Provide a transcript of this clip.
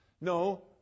No